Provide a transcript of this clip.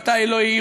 מתי לא,